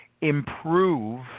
improve